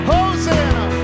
Hosanna